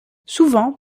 souvent